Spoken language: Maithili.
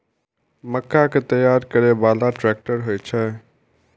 मक्का कै तैयार करै बाला ट्रेक्टर होय छै?